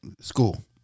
School